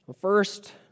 First